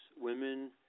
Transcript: women